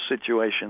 situation